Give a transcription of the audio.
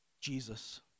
Jesus